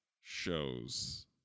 shows